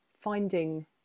finding